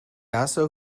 also